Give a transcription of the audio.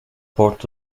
port